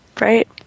Right